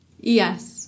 Yes